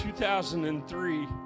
2003